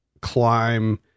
climb